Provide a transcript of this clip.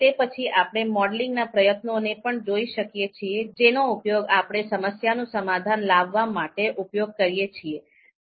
તે પછી આપણે મોડેલિંગના પ્રયત્નોને પણ જોઈ શકીએ છીએ જેનો ઉપયોગ આપણે સમસ્યાનું સમાધાન લાવવા માટે ઉપયોગ કરીએ છીએ